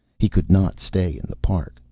he could not stay in the park.